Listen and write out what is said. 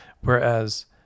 Whereas